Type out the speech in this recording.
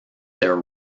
their